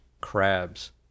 crabs